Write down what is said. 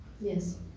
Yes